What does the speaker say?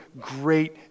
great